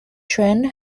trend